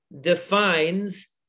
defines